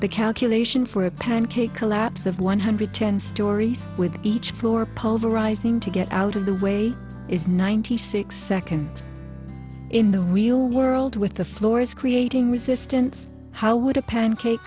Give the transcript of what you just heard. the calculation for a pancake collapse of one hundred ten stories with each floor pulverizing to get out of the way is ninety six seconds in the real world with the floors creating resistance how would a pancake